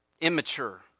immature